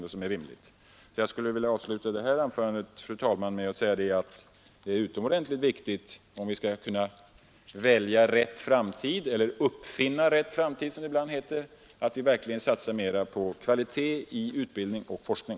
vad som är rimligt. Fru talman! Jag skulle vilja sluta detta anförande med att säga att det är utomordentligt viktigt, om vi skall kunna välja eller som det ibland heter uppfinna rätt framtid, att vi verkligen satsar mer på kvalitet i utbildning och forskning.